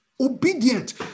Obedient